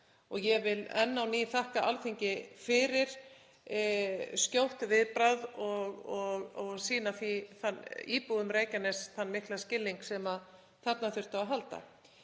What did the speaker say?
Ég vil enn á ný þakka Alþingi fyrir skjótt viðbragð og sýna íbúum Reykjaness þann mikla skilning sem þarna þurfti á að halda.